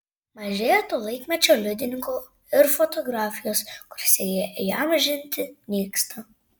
mažėja to laikmečio liudininkų ir fotografijos kuriuose jie įamžinti nyksta